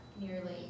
nearly